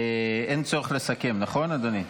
אין צורך לסכם, נכון, אדוני?